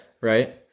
Right